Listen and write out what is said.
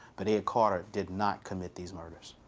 but ed carter did not commit these murders.